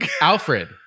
alfred